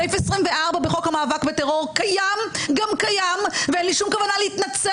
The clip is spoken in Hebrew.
סעיף 24 בחוק המאבק בטרור קיים גם קיים ואין לי שום כוונה להתנצל